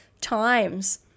times